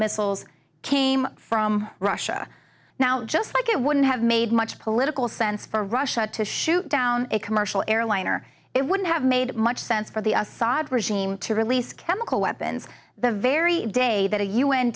missiles came from russia now just like it wouldn't have made much political sense for russia to shoot down a commercial airliner it wouldn't have made much sense for the assad regime to release chemical weapons the very day that